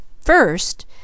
first